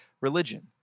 religion